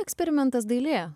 eksperimentas dailė